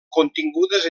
contingudes